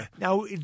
Now